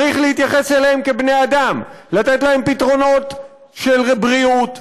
צריך להתייחס אליהם כבני אדם: לתת להם פתרונות של בריאות,